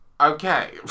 Okay